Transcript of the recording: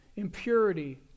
Impurity